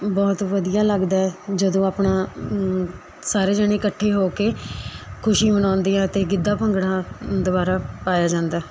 ਬਹੁਤ ਵਧੀਆ ਲੱਗਦਾ ਹੈ ਜਦੋਂ ਆਪਣਾ ਸਾਰੇ ਜਣੇ ਇਕੱਠੇ ਹੋ ਕੇ ਖੁਸ਼ੀ ਮਨਾਉਂਦੇ ਹੈ ਅਤੇ ਗਿੱਧਾ ਭੰਗੜਾ ਦੁਬਾਰਾ ਪਾਇਆ ਜਾਂਦਾ